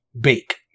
Bake